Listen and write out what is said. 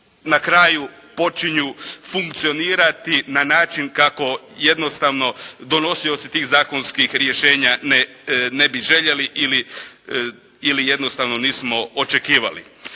na kraju počinju funkcionirati na način kako jednostavno donosioci tih zakonskih rješenja ne bi željeli ili jednostavno nismo očekivali.